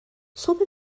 صبح